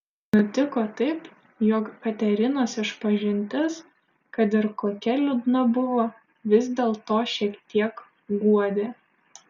nutiko taip jog katerinos išpažintis kad ir kokia liūdna buvo vis dėlto šiek tiek guodė